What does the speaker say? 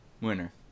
winner